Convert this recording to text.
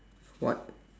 what